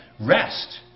rest